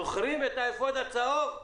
זוכרים את האפוד הצהוב?